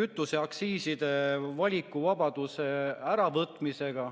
kütuseaktsiiside valikuvabaduse äravõtmisega,